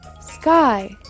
Sky